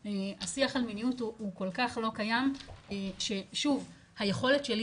השיח על מיניות הוא כל כך לא קיים ששוב היכולת שלי